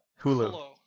Hulu